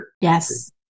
Yes